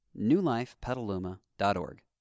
newlifepetaluma.org